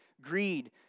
greed